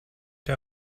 der